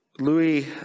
Louis